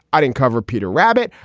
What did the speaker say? i didn't cover peter rabbit.